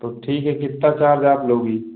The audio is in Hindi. तो ठीक है कितना चार्ज आप लोगी